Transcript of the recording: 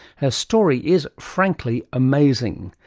her story is frankly amazing.